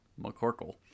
McCorkle